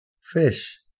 fish